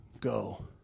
go